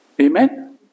Amen